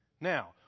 Now